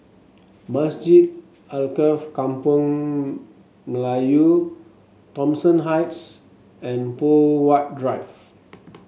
Masjid Alkaff Kampung Melayu Thomson Heights and Poh Huat Drive